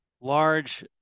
large